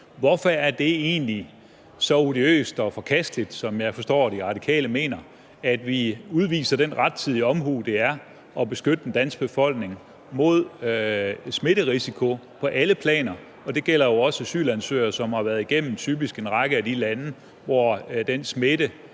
jeg forstår De Radikale mener, at vi udviser den rettidige omhu, det er, at beskytte den danske befolkning mod smitterisiko på alle planer? Og det gælder jo også i forhold til asylansøgere, som typisk har været igennem en række af de lande, hvor smitten